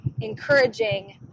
encouraging